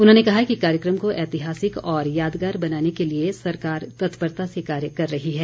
उन्होंने कहा कि कार्यक्रम को ऐतिहासिक और यादगार बनाने के लिए सरकार तत्परता से कार्य कर रही है